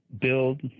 build